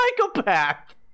psychopath